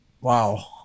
Wow